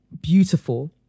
beautiful